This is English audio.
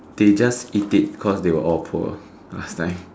they just eat it cause they were all poor last time